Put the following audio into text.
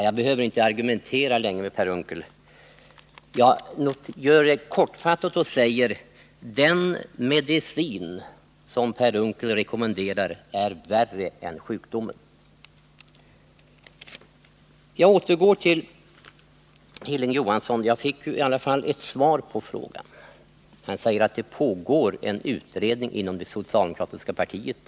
Jag behöver inte argumentera mer, Per Unckel, utan vill helt kortfattat säga att den medicin som Per Unckel rekommenderar är värre än sjukdomen. Jag återgår till Hilding Johansson och kan säga att jag i alla fall fick ett svar på frågan. Han sade att det pågår en utredning inom det socialdemokratiska partiet.